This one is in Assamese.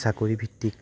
চাকৰিভিত্তিক